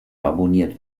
abonniert